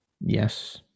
Yes